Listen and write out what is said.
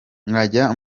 nkajya